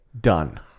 Done